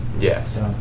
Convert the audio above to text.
Yes